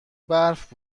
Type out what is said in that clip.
برف